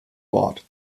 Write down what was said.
bord